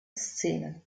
szenen